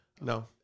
No